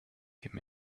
him